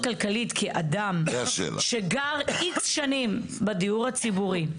כי אדם שגר X שנים בדיור הציבורי,